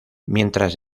mientras